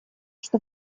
что